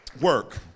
work